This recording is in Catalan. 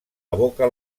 evoca